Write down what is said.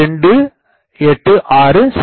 286 செ